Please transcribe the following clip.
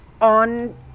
on